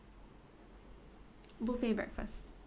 buffet breakfast